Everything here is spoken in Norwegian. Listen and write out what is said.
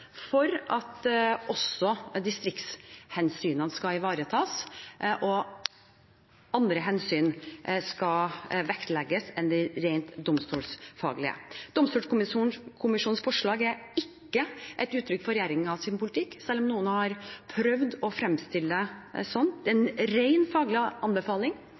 for at også distriktshensynene skal ivaretas, og for at andre hensyn skal vektlegges enn de rent domstolsfaglige. Domstolkommisjonens forslag er ikke et uttrykk for regjeringens politikk, selv om noen har prøvd å fremstille det slik. Det er en rent faglig anbefaling.